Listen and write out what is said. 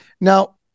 now